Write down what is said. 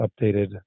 updated